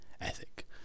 ethic